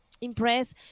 impressed